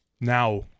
now